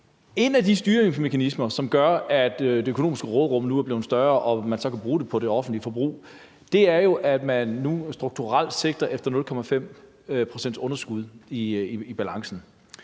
En af de styringsmekanismer, som gør, at det økonomiske råderum nu er blevet større, og at man så kan bruge det på det offentlige forbrug, er jo, at man nu strukturelt sigter efter 0,5 pct. underskud på balancen.